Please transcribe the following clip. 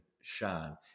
shine